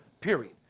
period